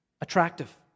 attractive